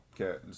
okay